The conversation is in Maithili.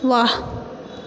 वाह